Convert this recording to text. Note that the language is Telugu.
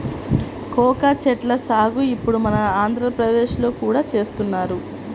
కోకా చెట్ల సాగు ఇప్పుడు మన ఆంధ్రప్రదేశ్ లో కూడా చేస్తున్నారు